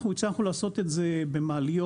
אנחנו הצלחנו לעשות את זה במעליות,